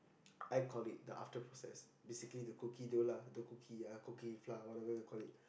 I call it the after process basically the cookie dough lah the cookie yeah the cookie flour whatever you call it